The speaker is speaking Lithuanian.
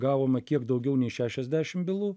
gavome kiek daugiau nei šešiasdešim bylų